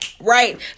Right